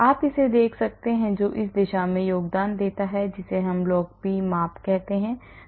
आप इसे देख सकते हैं जो इस दिशा में योगदान देता है जिसे मैं log p माप सकता हूं